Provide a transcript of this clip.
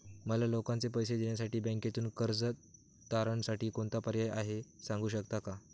मला लोकांचे पैसे देण्यासाठी बँकेतून कर्ज तारणसाठी कोणता पर्याय आहे? सांगू शकता का?